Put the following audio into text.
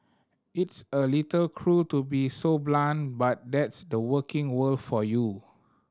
it's a little cruel to be so blunt but that's the working world for you